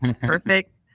Perfect